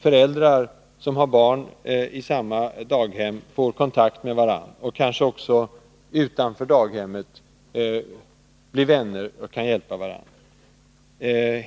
Föräldrar som har barn i samma daghem kan därigenom få kontakt med varandra och bli vänner, så att de kanske också utanför daghemmet kan hjälpa varandra.